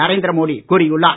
நரேந்திர மோடி கூறியுள்ளார்